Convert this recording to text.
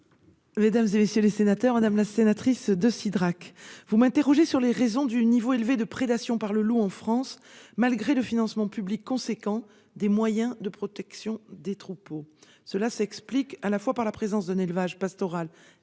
Mme la ministre déléguée. Madame la sénatrice, vous m'interrogez sur les raisons du niveau élevé de prédation par le loup en France, malgré le financement public considérable des moyens de protection des troupeaux. Cela s'explique à la fois par la présence d'un élevage pastoral